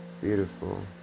beautiful